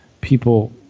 people